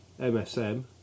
MSM